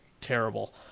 terrible